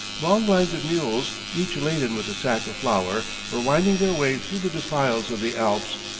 long lines of mules, each laden with a sack of flour, were winding their way through the defiles of the alps,